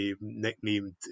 nicknamed